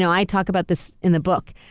so i talk about this in the book.